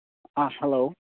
hello